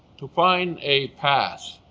to find a path-a